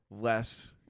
less –